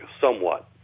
somewhat